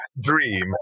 dream